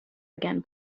again